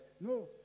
No